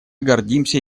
гордимся